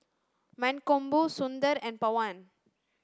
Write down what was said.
Mankombu Sundar and Pawan